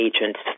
agents